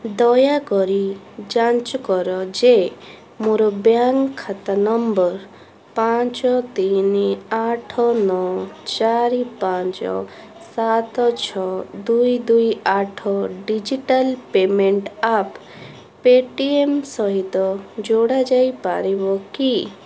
ଦୟାକରି ଯାଞ୍ଚ କର ଯେ ମୋର ବ୍ୟାଙ୍କ୍ ଖାତା ନମ୍ବର ପାଞ୍ଚ ତିନି ଆଠ ନଅ ଚାରି ପାଞ୍ଚ ସାତ ଛଅ ଦୁଇ ଦୁଇ ଆଠ ଡିଜିଟାଲ୍ ପେମେଣ୍ଟ୍ ଆପ୍ ପେ'ଟିଏମ୍ ସହିତ ଯୋଡ଼ା ଯାଇପାରିବ କି